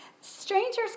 Strangers